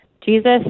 Jesus